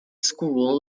school